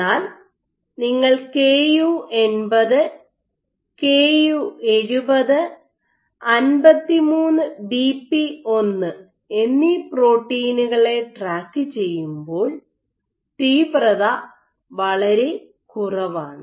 എന്നാൽ നിങ്ങൾ K U 80 K U 70 53 BP 1 Ku80 Ku70 53BP1 എന്നീ പ്രോട്ടീനുകളെ ട്രാക്ക് ചെയ്യുമ്പോൾ തീവ്രത വളരെ കുറവാണ്